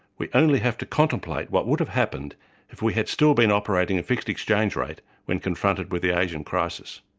we only have to contemplate what would have happened if we had still been operating a fixed exchange rate when confronted with the asian crisis.